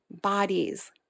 bodies